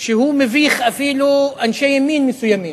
שהוא מביך אפילו אנשי ימין מסוימים,